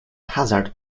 hazard